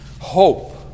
hope